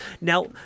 Now